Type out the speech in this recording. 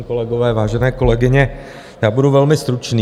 Vážení kolegové, vážené kolegyně, já budu velmi stručný.